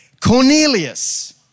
Cornelius